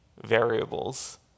variables